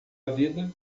vida